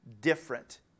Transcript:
different